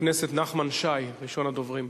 חבר הכנסת נחמן שי, ראשון הדוברים,